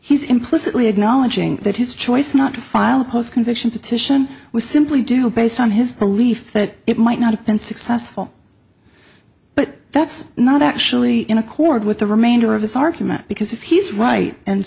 he's implicitly acknowledging that his choice not to file a post conviction petition was simply do based on his belief that it might not have been successful but that's not actually in accord with the remainder of his argument because if he's right and